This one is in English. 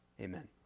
amen